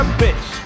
bitch